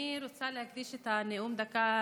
אני רוצה להקדיש את הנאום בן הדקה